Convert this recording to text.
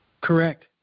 Correct